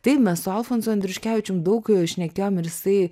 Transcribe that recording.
taip mes su alfonsu andriuškevičium daug šnekėjom ir jisai